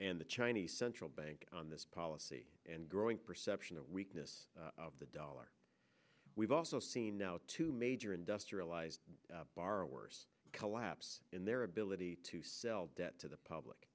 and the chinese central bank on this policy and growing perception of weakness of the dollar we've also seen now two major industrialized borrowers collapse in their ability to sell debt to the